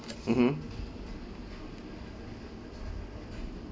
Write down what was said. mmhmm